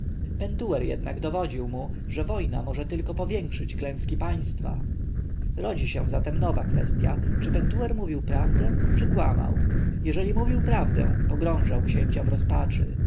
pentuer jednak dowodził mu że wojna może tylko powiększyć klęski państwa rodzi się tedy nowa kwestja czy pentuer mówił prawdę czy kłamał jeżeli mówił prawdę pogrążał księcia w rozpaczy